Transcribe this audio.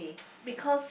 because